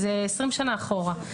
אלה 20 שנים אחורה.